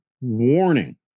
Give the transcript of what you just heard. Warning